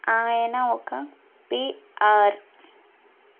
ఆయన ఒక పీఆర్